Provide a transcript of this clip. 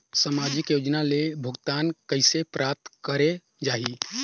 समाजिक योजना ले भुगतान कइसे प्राप्त करे जाहि?